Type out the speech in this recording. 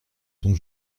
dont